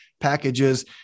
packages